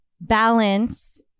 balance